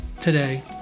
today